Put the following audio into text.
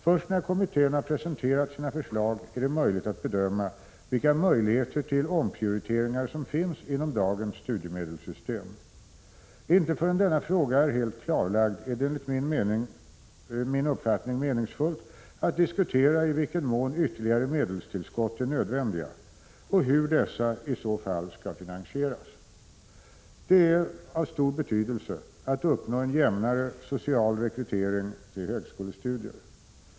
Först när kommittén har presenterat sina förslag är det möjligt att bedöma vilka möjligheter till omprioriteringar som finns inom dagens studiemedelssystem. Inte förrän denna fråga är helt klarlagd är det enligt min uppfattning meningsfullt att diskutera i vilken mån ytterligare medelstillskott är nödvändiga och hur dessa i så fall skall finansieras. Det är av stor betydelse att uppnå en jämnare social rekrytering till högskolestudier.